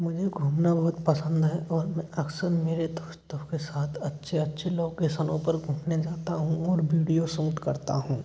मुझे घूमना बहुत पसंद है और मैं अक्सर मेरे दोस्तों के साथ अच्छे अच्छे लोकेसनों पर घूमने जाता हूँ और बीडियो सूट करता हूँ